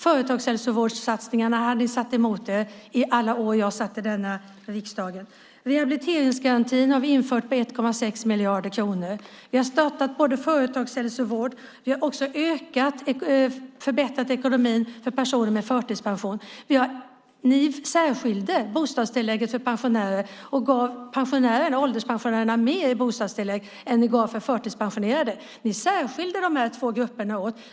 Ni hade motsatt er satsningarna på företagshälsovård under alla år som jag satt i riksdagen. Vi har infört rehabiliteringsgarantin på 1,6 miljarder kronor. Vi har startat företagshälsovård, och vi har förbättrat ekonomin för personer med förtidspension. Ni särskilde bostadstillägget för pensionärer och gav ålderspensionärerna mer än förtidspensionerade i bostadstillägg. Ni särskilde dessa två grupper.